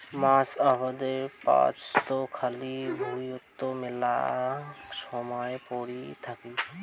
মাছ আবাদের পাচত খালি ভুঁইয়ত মেলা সমায় পরি থাকি